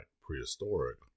prehistoric